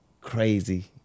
crazy